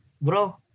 bro